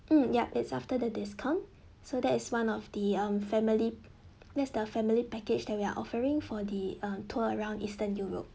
mm yup it's after the discount so that is one of the um family that's the family package that we are offering for the um tour around eastern europe